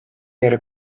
yarı